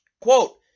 quote